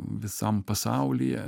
visam pasaulyje